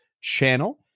channel